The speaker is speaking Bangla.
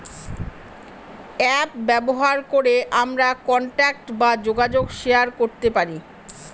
অ্যাপ ব্যবহার করে আমরা কন্টাক্ট বা যোগাযোগ শেয়ার করতে পারি